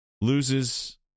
loses